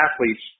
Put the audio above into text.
athletes